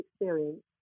experience